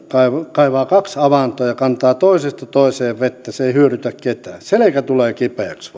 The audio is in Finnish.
kaivaa kaksi avantoa ja kantaa toisesta toiseen vettä se ei hyödytä ketään selkä tulee vain kipeäksi